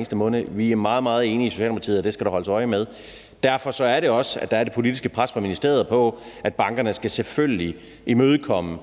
Socialdemokratiet er meget, meget enige i, at det skal der holdes øje med. Derfor er det også, at der er det politiske pres fra ministeriet på, at bankerne selvfølgelig skal imødekomme